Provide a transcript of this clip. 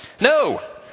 No